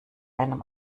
einem